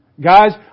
Guys